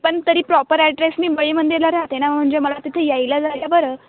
पण तरी proper address मी बळी मंदिराला राहते ना म्हणजे मला तिथे यायला जायला बरं